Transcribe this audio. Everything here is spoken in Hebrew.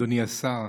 אדוני השר,